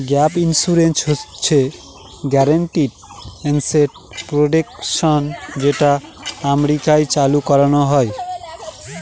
gap insurance হচ্ছে guaranteed asset protection যেটা আমেরিকায় চালু করানো হয়